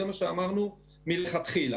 זה מה שאמרנו מלכתחילה.